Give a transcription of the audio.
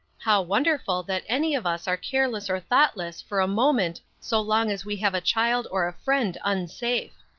how wonderful that any of us are careless or thoughtless for a moment so long as we have a child or a friend unsafe!